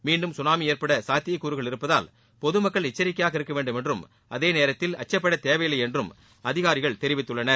மீண்டும் சுனாமி ஏற்பட சாத்தியக்கூறுகள் இருப்பதால் பொது மக்கள் எச்சரிக்கையாக இருக்க வேண்டும் என்றும் அதேநேரத்தில் அச்சப்படத் தேவையில்லை என்றும் அதிகாரிகள் தெரிவித்துள்ளனர்